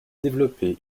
développer